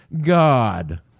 god